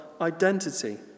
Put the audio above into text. identity